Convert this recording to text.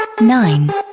nine